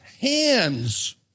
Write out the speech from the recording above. hands